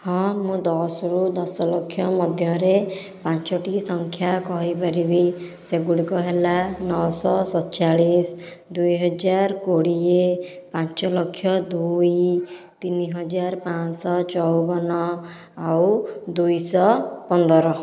ହଁ ମୁଁ ଦଶରୁ ଦଶଲକ୍ଷ ମଧ୍ୟରେ ପାଞ୍ଚୋଟି ସଂଖ୍ୟା କହିପାରିବି ସେଗୁଡ଼ିକ ହେଲା ନଅଶହ ସତଚାଳିଶ ଦୁଇ ହଜାର କୋଡ଼ିଏ ପାଞ୍ଚ ଲକ୍ଷ ଦୁଇ ତିନି ହଜାର ପାଞ୍ଚଶହ ଚଉବନ ଆଉ ଦୁଇ ଶହ ପନ୍ଦର